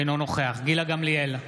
אינו נוכח גילה גמליאל,